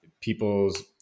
people's